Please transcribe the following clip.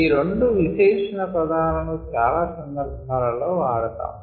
ఈ రెండు విశేషణ పదాలను చాలా సందర్భాలలో వాడతాము